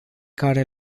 care